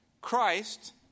Christ